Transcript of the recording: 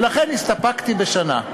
ולכן הסתפקתי בשנה.